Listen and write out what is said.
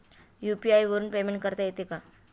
UPI वरून payment करता येते का?